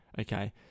Okay